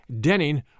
Denning